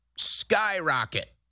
skyrocket